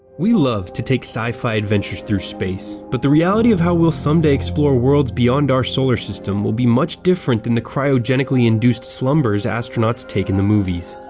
we love to take sci fi adventures through space, but the reality of how we'll someday explore worlds beyond our solar system will be much different than the cryogenically-induced slumbers astronauts take in the movies.